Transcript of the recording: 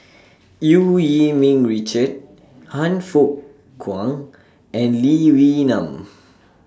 EU Yee Ming Richard Han Fook Kwang and Lee Wee Nam